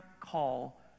call